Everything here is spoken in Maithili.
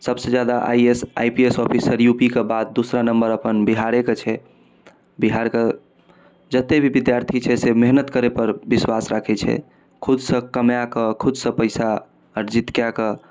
सबसँ जादा I A S I P S officer U P के बाद दोसर नम्बर अपन बिहारेके छै बिहारके जतेक भी विद्यार्थी छै से मेहनत करैपर विश्वास राखै छै खुदसँ कमाकऽ खुदसँ पइसा अर्जित कऽ कऽ